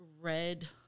red